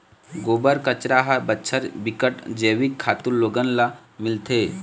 गोबर, कचरा हर बछर बिकट जइविक खातू लोगन ल मिलथे